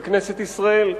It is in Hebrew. בכנסת ישראל.